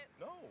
No